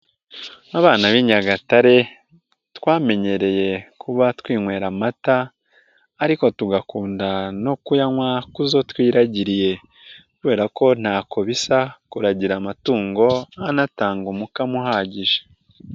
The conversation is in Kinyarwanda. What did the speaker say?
Abana b'i Nyagatare twamenyereye kuba twinywera amata ariko tugakunda no kuyanywa ku zo twiragiriye kubera ko nta ko bisa kuragira amatungo anatanga umukamo uhagije.